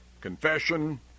confession